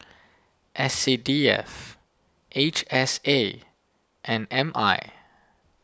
S C D F H S A and M I